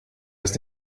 das